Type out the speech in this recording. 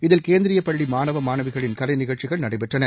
இதில் கேந்திரிய பள்ளி மாணவ மாணவிகளின் கலைநிகழ்ச்சிகள் நடைபெற்றன